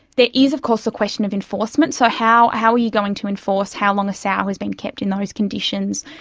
there is of course the question of enforcement. so how how are you going to enforce how long a sow has been kept in those conditions?